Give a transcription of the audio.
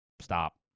Stop